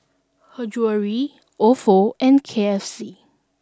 her Jewellery Ofo and K F C